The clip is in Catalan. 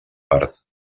part